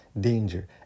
Danger